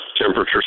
temperature